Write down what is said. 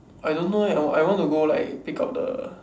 I don't know eh I want to go like pick up the